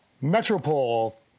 Metropole